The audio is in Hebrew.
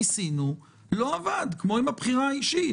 ניסינו, לא עבד, כמו עם הבחירה האישית.